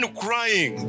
crying